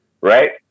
right